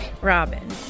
Robin